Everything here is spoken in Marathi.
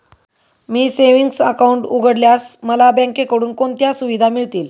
मी सेविंग्स अकाउंट उघडल्यास मला बँकेकडून कोणत्या सुविधा मिळतील?